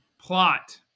plot